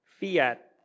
fiat